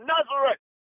Nazareth